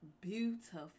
beautiful